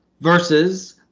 versus